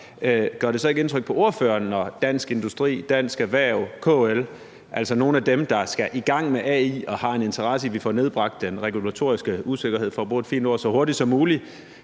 Gør det så ikke indtryk på ordføreren, når Dansk Industri, Dansk Erhverv, KL, altså nogle af dem, der skal i gang med AI og har en interesse i, at vi får nedbragt den regulatoriske usikkerhed, for at bruge et fint ord, så hurtigt som muligt,